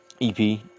EP